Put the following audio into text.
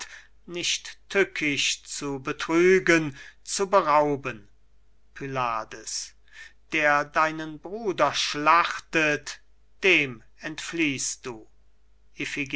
nicht tückisch zu betrügen zu berauben pylades der deinen bruder schlachtet dem entfliehst du